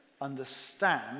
understand